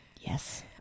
yes